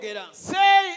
Say